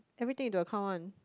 everything into account one